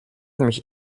mich